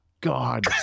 God